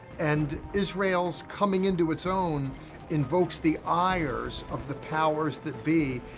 and israel's coming into its own invokes the ires of the powers that be,